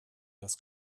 das